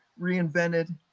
reinvented